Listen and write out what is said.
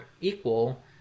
equal